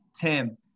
Tim